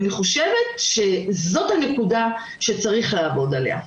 ואני חושבת שזאת הנקודה שצריך לעבוד עליה.